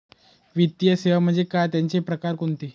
वित्तीय सेवा म्हणजे काय? त्यांचे प्रकार कोणते?